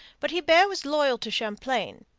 but hebert was loyal to champlain,